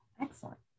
Excellent